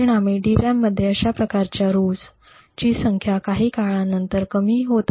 परिणामी DRAM मध्ये अशा प्रकारच्या पंक्तींची संख्या काही काळानंतर कमी होतात